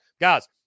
Guys